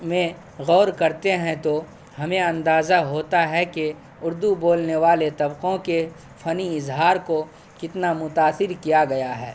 میں غور کرتے ہیں تو ہمیں اندازہ ہوتا ہے کہ اردو بولنے والے طبقوں کے فنی اظہار کو کتنا متاثر کیا گیا ہے